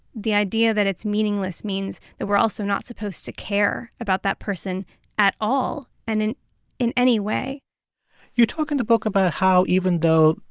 the idea that it's meaningless means that we're also not supposed to care about that person at all and in in any way you talk in the book about how even though,